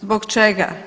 Zbog čega?